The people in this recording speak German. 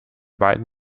beiden